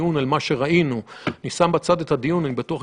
תשובות לפונים - בעיקר לאלה שקיבלו הודעה להיכנס